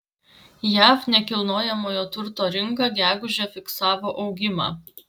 jav nekilnojamojo turto rinka gegužę fiksavo augimą